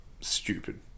stupid